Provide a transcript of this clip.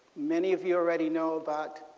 many of you already know about